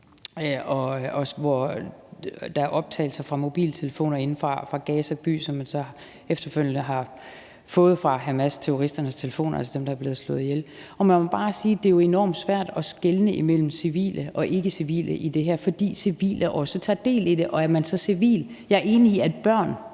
der var optagelser fra mobiltelefoner inde fra Gaza by, som man så efterfølgende har fået fra Hamasterroristernes telefoner, altså dem, der er blevet slået ihjel – at det jo er enormt svært at skelne imellem civile og ikkecivile i det her, for de civile tager også del i det. Og er man så civil? Jeg er enig i, at børn